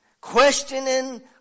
Questioning